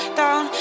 down